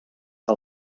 que